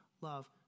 love